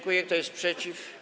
Kto jest przeciw?